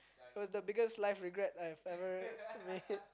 was the biggest life regret I've ever made